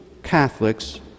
Catholics